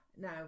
now